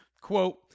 quote